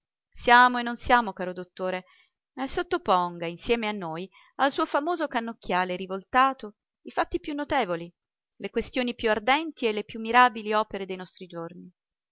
siamo e non siamo caro dottore e sottoponga insieme con noi al suo famoso cannocchiale rivoltato i fatti più notevoli le questioni più ardenti e le più mirabili opere dei